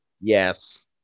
yes